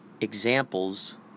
examples